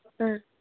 ꯎꯝ